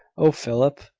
oh, philip!